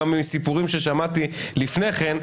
גם מסיפורים ששמעתי לפני כן,